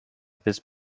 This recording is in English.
this